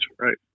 Right